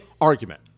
argument